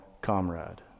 comrade